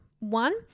One